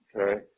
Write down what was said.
Okay